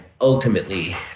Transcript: ultimately